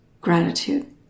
gratitude